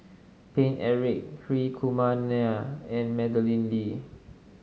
Paine Eric Hri Kumar Nair and Madeleine Lee